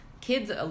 kids